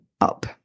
up